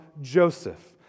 Joseph